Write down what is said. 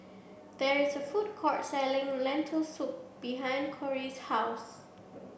there is a food court selling Lentil soup behind Cori's house